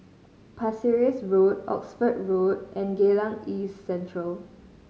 Pasir Ris Road Oxford Road and Geylang East Central